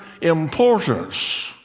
importance